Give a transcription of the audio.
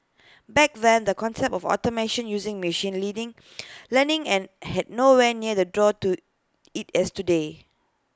back then the concept of automation using machine leading learning and had nowhere near the draw to IT as today